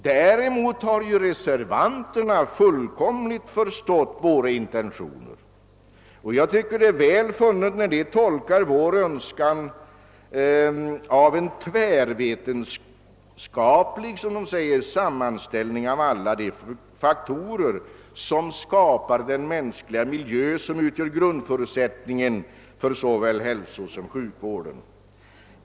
Däremot har reservanterna helt förstått våra intentioner, och jag tycker det är väl funnet när reservanterna har tolkat vår önskan om en »tvärvetenskaplig» sammanställning »av alla de faktorer som skapar den mänskliga miljö, som utgör grundförutsättningen för såväl hälsosom sjukvården».